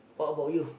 what about you